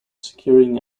securing